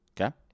Okay